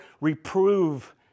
reprove